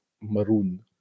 maroon